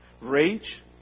rage